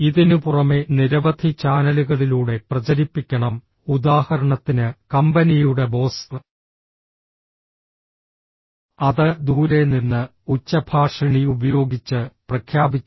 ഇതിനുപുറമെ നിരവധി ചാനലുകളിലൂടെ പ്രചരിപ്പിക്കണം ഉദാഹരണത്തിന് കമ്പനിയുടെ ബോസ് അത് ദൂരെ നിന്ന് ഉച്ചഭാഷിണി ഉപയോഗിച്ച് പ്രഖ്യാപിച്ചു